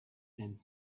and